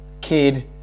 kid